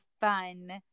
fun